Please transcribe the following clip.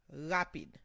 rapid